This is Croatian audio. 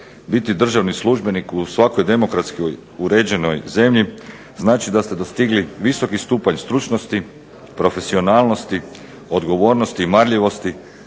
biti državni službenik u svakoj demokratski uređenoj zemlji znači da ste dostigli visoki stupanj stručnosti, profesionalnosti, odgovornosti i marljivosti